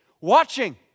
Watching